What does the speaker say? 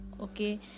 okay